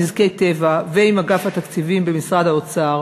נזקי טבע ועם אגף התקציבים במשרד האוצר,